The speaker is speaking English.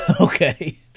Okay